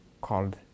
called